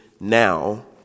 now